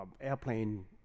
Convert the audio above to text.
airplane